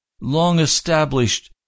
Long-established